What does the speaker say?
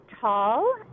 tall